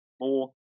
more